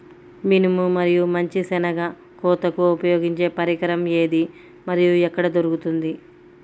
మినుము మరియు మంచి శెనగ కోతకు ఉపయోగించే పరికరం ఏది మరియు ఎక్కడ దొరుకుతుంది?